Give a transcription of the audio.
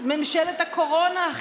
ממשלת הקורונה,